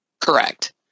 Correct